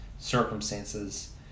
circumstances